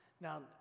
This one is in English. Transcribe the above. now